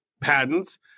patents